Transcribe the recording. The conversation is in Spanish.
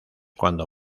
cuando